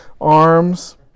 arms